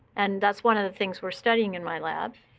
and that's one of the things we're studying in my lab.